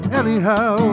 anyhow